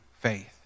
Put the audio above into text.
faith